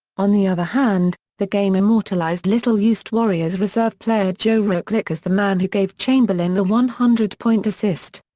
on the other hand, the game immortalized little-used warriors reserve player joe ruklick as the man who gave chamberlain the one hundred point assist.